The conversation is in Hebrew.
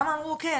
כמה אמרו אוקיי,